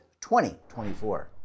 2024